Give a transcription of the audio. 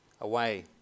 away